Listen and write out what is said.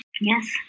yes